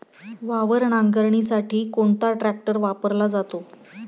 वावर नांगरणीसाठी कोणता ट्रॅक्टर वापरला जातो?